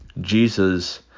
Jesus